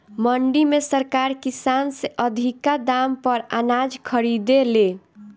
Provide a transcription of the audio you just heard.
मंडी में सरकार किसान से अधिका दाम पर अनाज खरीदे ले